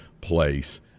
place